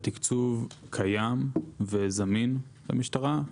התקצוב קיים וזמין במשטרה,